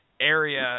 area